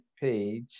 page